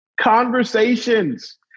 conversations